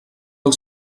del